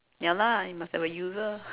ya lah you must have a user